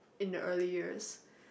in the early years